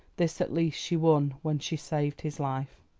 this at least she won when she saved his life.